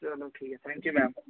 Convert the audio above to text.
चलो ठीक ऐ थैंक यू मैम